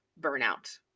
burnout